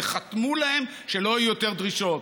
וחתמו להם שלא יהיו יותר דרישות.